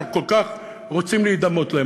שאנחנו כל כך רוצים להידמות להן.